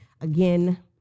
again